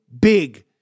big